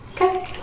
Okay